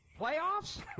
playoffs